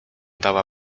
dała